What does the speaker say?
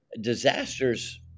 disasters